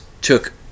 took